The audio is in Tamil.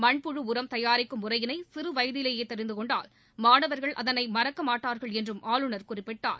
மண்புழு உரம் தயாரிக்கும் முறையினை சிறு வயதிலேயே தெரிந்து கொண்டால் மாணவர்கள் அதனை மறக்கமாட்டர்கள் என்றும் ஆளுநர் குறிப்பிட்டார்